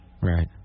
Right